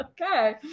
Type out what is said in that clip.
okay